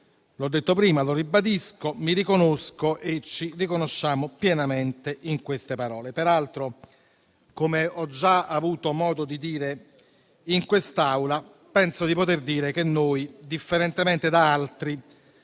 L'ho detto prima e lo ribadisco: mi riconosco e ci riconosciamo pienamente in queste parole. Peraltro, come ho già avuto modo di dire in quest'Aula, penso di poter dire che noi, differentemente da altri,